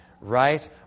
right